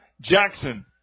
Jackson